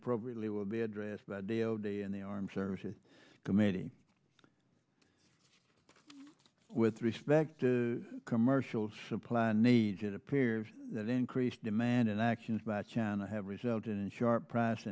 appropriately will be addressed by d o t and the armed services committee with respect to commercial supply needs it appears that increased demand and actions by channel have resulted in sharp price